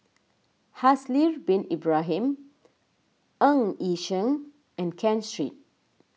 Haslir Bin Ibrahim Ng Yi Sheng and Ken Street